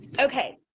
okay